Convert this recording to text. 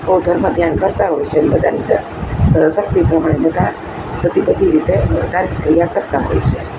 બહુ ધર્મ ધ્યાન કરતાં હોય છે ને બધાને બધા શક્તિ પ્રમાણે બધા બધી બધી રીતે બધા જ ક્રિયા કરતાં હોય છે